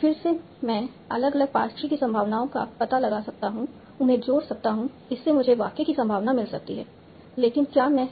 फिर से मैं अलग अलग पार्स ट्री की संभावनाओं का पता लगा सकता हूं उन्हें जोड़ सकता है इससे मुझे वाक्य की संभावना मिल सकती है लेकिन क्या मैं